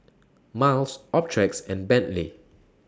Miles Optrex and Bentley